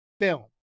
film